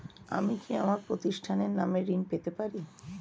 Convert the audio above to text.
আমি কি আমার প্রতিষ্ঠানের নামে ঋণ পেতে পারি?